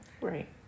Right